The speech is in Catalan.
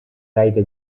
gaire